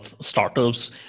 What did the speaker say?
startups